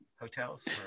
hotels